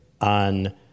on